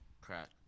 crap